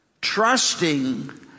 trusting